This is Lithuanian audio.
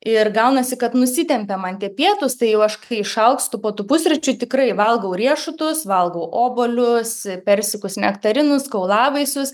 ir gaunasi kad nusitempia man tie pietūs tai jau aš kai išalkstu po tų pusryčių tikrai valgau riešutus valgau obuolius persikus nektarinus kaulavaisius